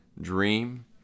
dream